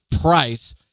price